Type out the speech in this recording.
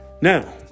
Now